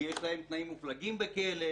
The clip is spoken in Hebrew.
כי יש להם תנאים מופלגים בכלא.